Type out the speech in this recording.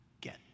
Get